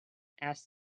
asked